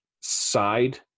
side